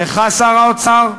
לך, שר האוצר,